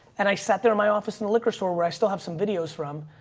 and i sat there in my office, in the liquor store where i still have some videos from